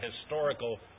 historical